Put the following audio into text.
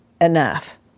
enough